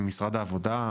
משרד העבודה,